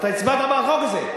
ואתה הצבעת בעד החוק הזה.